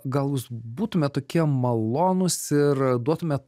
gal jūs būtumėt tokie malonūs ir duotumė